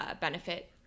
benefit